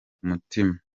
mutima